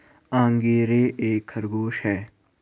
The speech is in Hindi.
अंगोरा एक खरगोश है